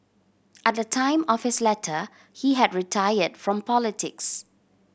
at the time of his letter he had retired from politics